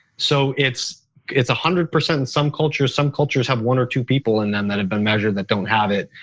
so it's one hundred percent in some cultures. some cultures have one or two people in them that have been measured that don't have it.